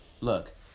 Look